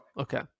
Okay